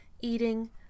eating